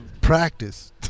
practice